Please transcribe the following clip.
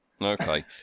Okay